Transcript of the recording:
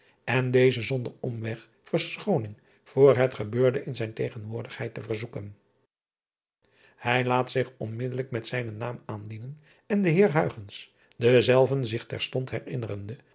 en dezen zonder omweg verschooning voor het gebeurde in zijne tegenwoordigheid te verzoeken ij laat zich onmiddellijk met zijnen naam aandienen en de eer denzelven zich terstond herinnerende